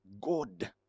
God